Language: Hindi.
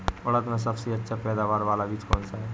उड़द में सबसे अच्छा पैदावार वाला बीज कौन सा है?